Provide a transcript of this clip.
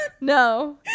no